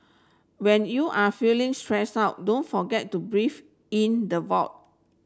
when you are feeling stressed out don't forget to breathe in the